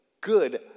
good